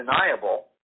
undeniable